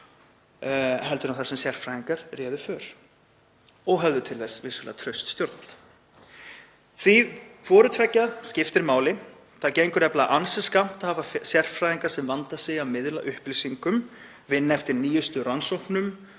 heldur en þar sem sérfræðingar réðu för og höfðu vissulega til þess traust stjórnvöld, því að hvort tveggja skiptir máli. Það gengur nefnilega ansi skammt að hafa sérfræðinga sem vanda sig að miðla upplýsingum, vinna eftir nýjustu rannsóknum